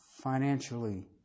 financially